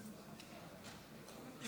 להלן תוצאות ההצבעה: 47 בעד,